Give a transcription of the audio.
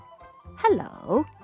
Hello